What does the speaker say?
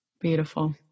Beautiful